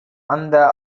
அந்த